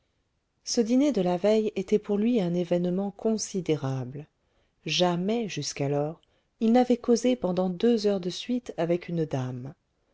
ce dîner de la veille était pour lui un événement considérable jamais jusqu'alors il n'avait causé pendant deux heures de suite avec une dame